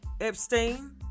Epstein